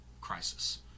Crisis